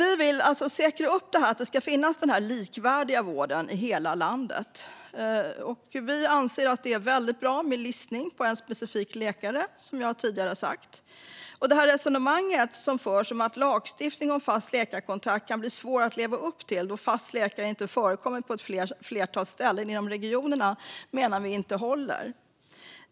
Vi vill säkra att det finns tillgång till likvärdig vård i hela landet. Vi anser att det är bra med listning på en specifik läkare, som jag tidigare har sagt. Det resonemang som förs om att lagstiftning om fast läkarkontakt kan bli svår att leva upp till när fast läkare inte har förekommit på ett flertal ställen inom regionerna håller inte.